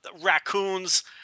raccoons